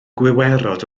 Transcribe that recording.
gwiwerod